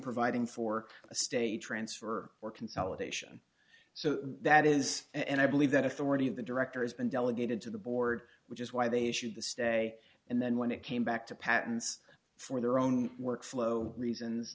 providing for a state transfer or consolidation so that is and i believe that authority of the director has been delegated to the board which is why they issued the stay and then when it came back to patents for their own workflow reasons